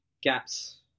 gaps